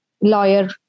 lawyer